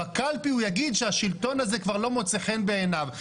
בקלפי הוא יגיד שהשלטון הזה כבר לא מוצא חן בעיניו,